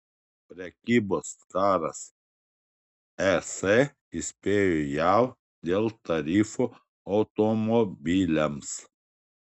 prekybos karas es įspėjo jav dėl tarifų automobiliams